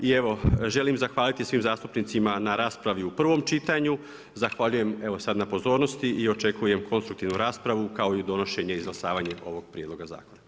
I evo želim zahvaliti svim zastupnicima na raspravi u prvom čitanju, zahvaljujem na pozornosti i očekujem konstruktivnu raspravu kao i donošenje i izglasavanje ovog prijedloga zakona.